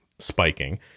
spiking